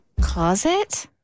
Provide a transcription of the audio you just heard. Closet